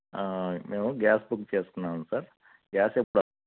మేము gas book చేసుకున్నాము sir gas ఎప్పుడు